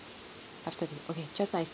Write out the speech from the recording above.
after the okay just nice